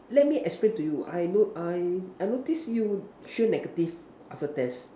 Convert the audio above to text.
let me explain to you I not~ I I notice you sure negative after test